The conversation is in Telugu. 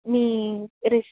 మీ